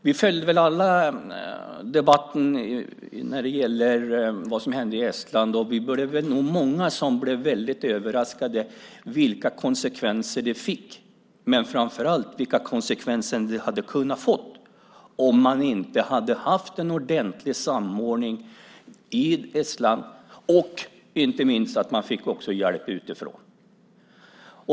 Vi följde väl alla debatten om vad som hände i Estland, och vi var nog många som blev väldigt överraskade över vilka konsekvenser det fick, men framför allt vilka konsekvenser det kunde ha fått om man inte hade haft en ordentlig samordning i Estland. Inte minst fick man också hjälp utifrån.